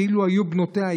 כאילו היו בנותיה.